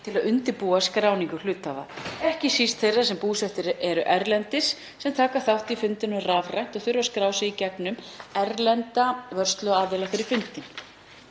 til að undirbúa skráningu hluthafa, ekki síst þeirra sem búsettir eru erlendis, taka þátt í fundinum rafrænt og þurfa að skrá sig gegnum erlenda vörsluaðila fyrir fundinn.